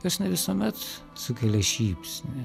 kas ne visuomet sukelia šypsnį